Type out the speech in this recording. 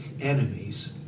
enemies